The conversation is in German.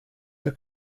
der